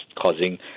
causing